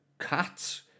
cats